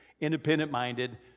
Independent-minded